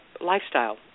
lifestyle